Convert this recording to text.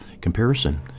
comparison